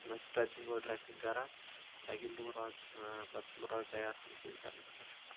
تھوڑا سٔٹرَچِنگ وِٹرَچِنگ کران تاکہِ بہٕ روزٕ پتہٕ بہٕ روزٕ تَیار ہُم چیٖز کرنہٕ خٲطرٕ